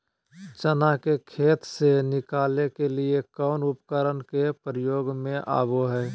चना के खेत से निकाले के लिए कौन उपकरण के प्रयोग में आबो है?